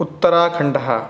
उत्तराखण्डः